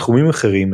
בתחומים אחרים,